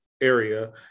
area